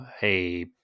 Hey